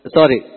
Sorry